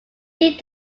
tea